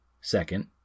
Second